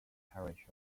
parish